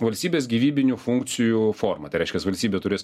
valstybės gyvybinių funkcijų forma tai reiškias valstybė turės